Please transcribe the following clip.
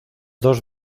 dos